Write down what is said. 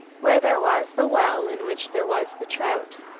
where there was the well in which there was the trout.